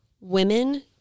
women